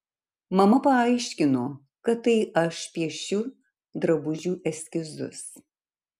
mama paaiškino kad tai aš piešiu drabužių eskizus